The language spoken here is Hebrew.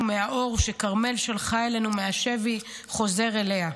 מהאור שכרמל שלחה אלינו מהשבי חוזר אליה,